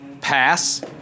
Pass